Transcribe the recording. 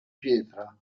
pietra